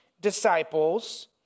disciples